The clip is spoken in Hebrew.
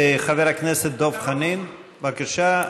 חבר הכנסת דב חנין, בבקשה.